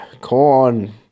corn